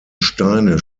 steine